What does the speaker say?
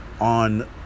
on